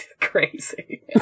crazy